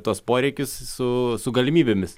tuos poreikius su su galimybėmis